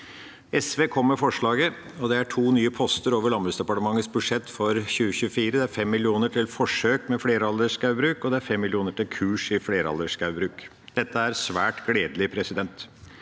SV kom med forslaget, og det er to nye poster over Landbruksdepartementets budsjett for 2024. Det er 5 mill. kr til forsøk med fleralderskogbruk, og det er 5 mill. kr til kurs i fleralderskogbruk. Dette er svært gledelig. Gjennom